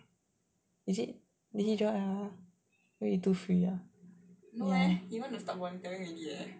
is it did he join maybe he too free ah